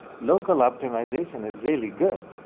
local optimization is really good,